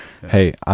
Hey